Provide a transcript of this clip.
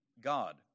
God